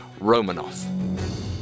Romanov